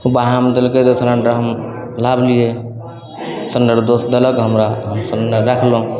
बाहरमे देलकै रहै सिलेण्डर हम लाबलिए सिलेण्डर दोस्त देलक हमरा तऽ हम सिलेण्डर राखलहुँ